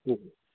হয়